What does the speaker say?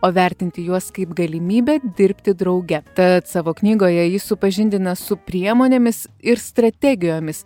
o vertinti juos kaip galimybę dirbti drauge tad savo knygoje ji supažindina su priemonėmis ir strategijomis